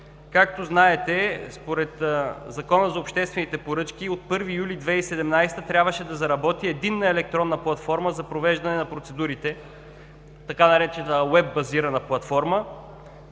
Както знаете, според Закона за обществените поръчки от 1 юли 2017 г. трябваше да заработи единна електронна платформа за провеждане на процедурите – така наречената „WEB базирана платформа“,